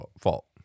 fault